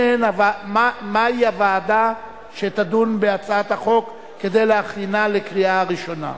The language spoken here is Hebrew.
מהי הוועדה שתדון בהצעת החוק כדי להכינה לקריאה ראשונה.